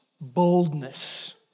boldness